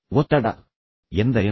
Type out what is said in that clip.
ಒತ್ತಡ ಎಂದರೇನು